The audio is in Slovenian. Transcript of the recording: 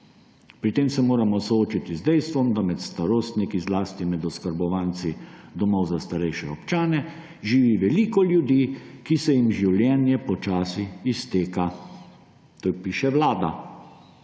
Pri tem se moramo soočiti z dejstvom, da med starostniki, zlasti med oskrbovanci domov za starejše občane, živi veliki ljudi, ki se jim življenje počasi izteka. To piše vlada.